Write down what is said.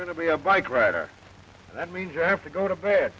going to be a bike rider that means i have to go to bed